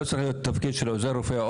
לא צריך להיות תפקיד של עוזר רופא.